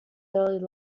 early